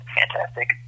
fantastic